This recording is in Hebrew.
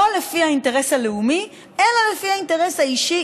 לפי האינטרס הלאומי אלא לפי אינטרס אישי,